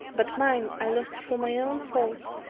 but mine i lost through my own fault,